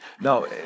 No